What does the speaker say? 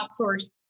outsource